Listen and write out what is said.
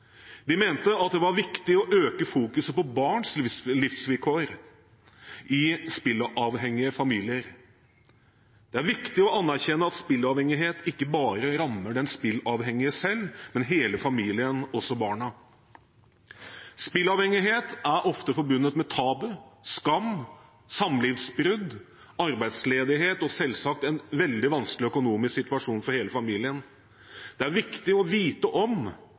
mente at det var viktig å øke fokuset på barns livsvilkår i spilleavhengige familier. Det er viktig å anerkjenne at spilleavhengighet ikke bare rammer den spilleavhengige selv, men hele familien – også barna. Spilleavhengighet er ofte forbundet med tabu, skam, samlivsbrudd, arbeidsledighet og selvsagt en veldig vanskelig økonomisk situasjon for hele familien. Det er viktig å vite om